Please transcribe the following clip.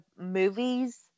movies